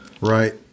Right